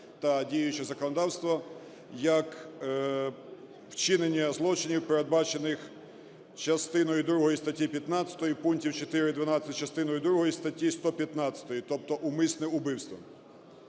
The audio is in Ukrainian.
та діючого законодавства, як вчинення злочинів, передбачених частиною другою статті 15, пунктів 4, 12 частини другої статті 115, тобто умисне вбивство.